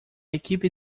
equipe